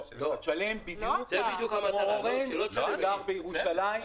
לא, אתה תשלם בדיוק כמו אורן שגר בירושלים.